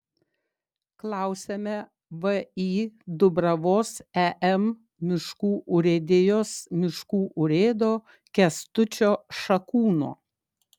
klausiame vį dubravos em miškų urėdijos miškų urėdo kęstučio šakūno